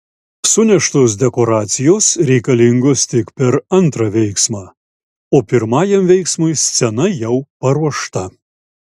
suneštos dekoracijos reikalingos tik per antrą veiksmą o pirmajam veiksmui scena jau paruošta